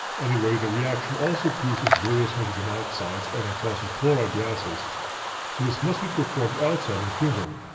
anyway, the reaction also produces various nitrogen oxides and nitrosyl chloride gases so this must be performed outside or in a fume hood.